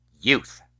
youth